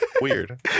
weird